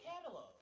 catalog